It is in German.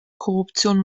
korruption